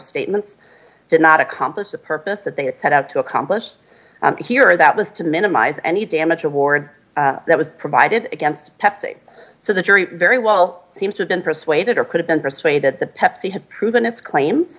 statements did not accomplish the purpose that they had set out to accomplish here that was to minimize any damage award that was provided against pepsi so the jury very well seems to have been persuaded or could have been persuaded the pepsi had proven its claims